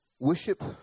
Worship